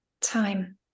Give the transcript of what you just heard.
time